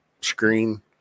screen